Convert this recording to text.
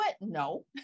No